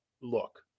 look